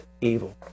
evil